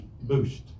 boost